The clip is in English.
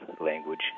language